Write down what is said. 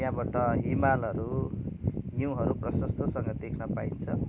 त्यहाँबाट हिमालहरू हिउँहरू प्रशस्तसँग देख्न पाइन्छ